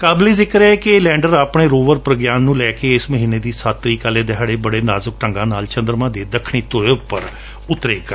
ਕਾਬਲੇ ਜਿਕਰ ਹੈ ਕਿ ਇਹ ਲੈਡਰ ਆਪਣੇ ਰੋਵਰ ਪ੍ਰਗਯਾਨ ਨੂੰ ਲੈਕੇ ਇਸ ਮਹੀਨੇ ਦੀ ਸੱਤ ਵਾਲੇ ਦਿਹਾੜੇ ਬੜੇ ਨਾਜੁਕ ਢੰਗਾਂ ਨਾਲ਼ ਚੰਦਰਮਾ ਦੇ ਦੱਖਣੀ ਧੁਰੇ ਤੇ ਉਤਰੇਗਾ